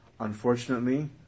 Unfortunately